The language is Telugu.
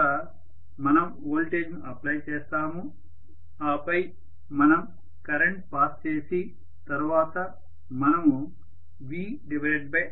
అనగా మనం వోల్టేజ్ ను అప్లై చేస్తాము ఆపై మనం కరెంట్ పాస్ చేసి తర్వాత మనము VIR అని చెప్తాము